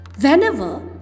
Whenever